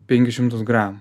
penkis šimtus gramų